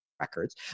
records